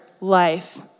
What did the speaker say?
life